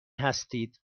هستید